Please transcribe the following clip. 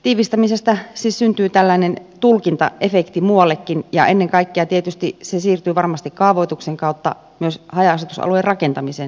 tiivistämisestä siis syntyy tällainen tulkintaefekti muuallekin ja ennen kaikkea tietysti se siirtyy varmasti kaavoituksen kautta myös haja asutusalueen rakentamiseen esimerkiksi